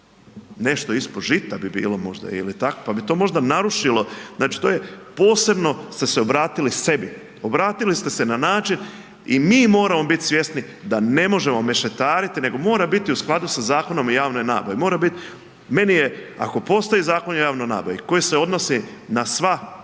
Nešto ispod žita bi bilo možda ili tak, pa bi to možda narušilo. Znači to je, posebno ste se obratili sebi. Obratili ste se na način i mi moramo biti svjesni da ne možemo mešetariti nego mora biti u skladu sa Zakonom o javnoj nabavi. Mora biti, meni je ako postoji Zakon o javnoj nabavi koji se odnosi na sva javna